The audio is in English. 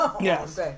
Yes